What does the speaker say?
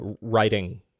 writing